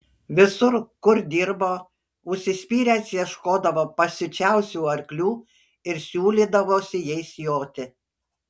visur kur dirbo užsispyręs ieškodavo pasiučiausių arklių ir siūlydavosi jais joti